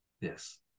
Yes